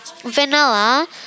Vanilla